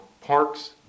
Parks